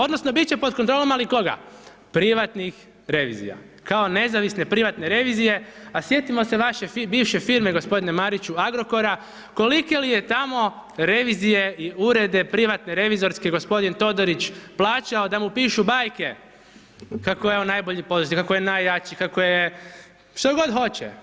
Odnosno bit će pod kontrolom ali koga, privatnih revizija, kao nezavisne privatne revizije, a sjetimo se vaše bivše firme gospodine Mariću, Agrokora kolike li je tamo revizije i urede privatne revizorske gospodin Todorić plaćao da mu pišu bajke, kako je on najbolji poduzetnik, kako je najjači, kako je što god hoće.